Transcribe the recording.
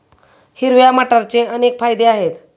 हिरव्या मटारचे अनेक फायदे आहेत